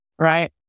right